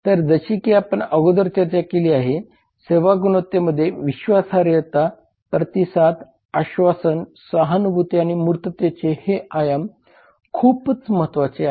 तर जशी की आपण अगोदर चर्चा केली आहे सेवा गुणवत्तेमध्ये विश्वासार्हता प्रतिसाद आश्वासन सहानुभूती आणि मूर्ततेचे हे आयाम खूप महत्वाचे आहेत